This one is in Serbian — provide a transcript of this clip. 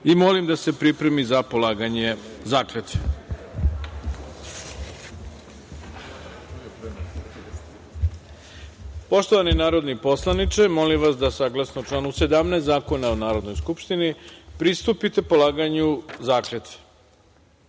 i molim da se pripremi za polaganje zakletve. Poštovani narodni poslaniče, molim vas da, saglasno članu 17. Zakona o Narodnoj skupštini, pristupite polaganju